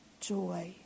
joy